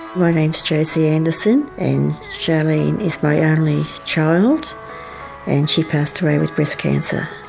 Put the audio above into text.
my name is josie anderson and charlene is my only child and she passed away with breast cancer.